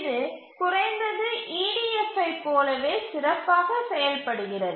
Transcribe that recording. இது குறைந்தது EDF ஐப் போலவே சிறப்பாக செயல்படுகிறது